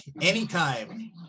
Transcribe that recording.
anytime